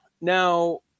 Now